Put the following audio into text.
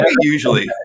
usually